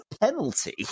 penalty